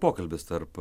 pokalbis tarp